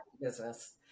business